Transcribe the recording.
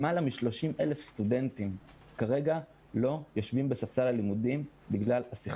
למעלה מ-30,000 סטודנטים כרגע לא יושבים על ספסל הלימודים בגלל הסכסוך.